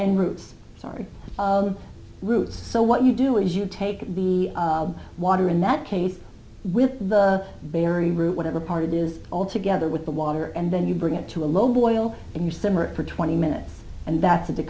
and roots sorry of the roots so what you do is you take the water in that case with the barry roux whatever part is all together with the water and then you bring it to a low boil and you simmer for twenty minutes and that's